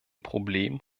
problem